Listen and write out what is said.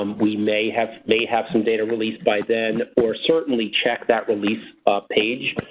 um we may have may have some data released by then or certainly check that release page.